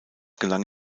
gelang